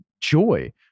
joy